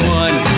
one